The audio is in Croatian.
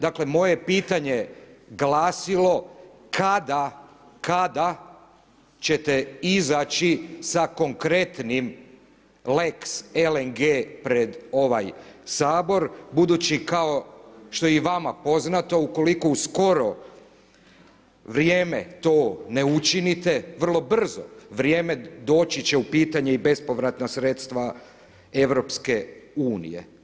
Dakle moje je pitanje glasilo kada ćete izaći sa konkretnim lex LNG pred ovaj Sabor budući kao što je i vama poznato ukoliko u skoro vrijeme to ne učinite, vrlo brzo vrijeme doći će u pitanje i bespovratna sredstva EU-a.